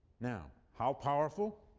now, how powerful